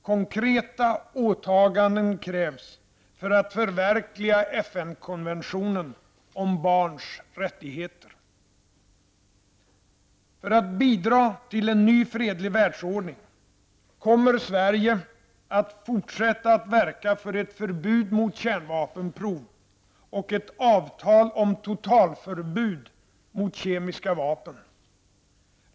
Konkreta åtaganden krävs för att förverkliga FN För att bidra till en ny fredlig världsordning kommer Sverige att fortsätta att verka för ett förbud mot kärnvapenprov och ett avtal om totalförbud mot kemiska vapen.